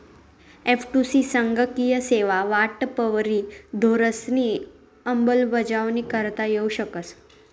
एफ.टु.सी संगणकीय सेवा वाटपवरी धोरणंसनी अंमलबजावणी करता येऊ शकस